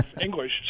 English